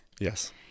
yes